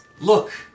look